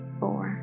four